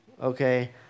okay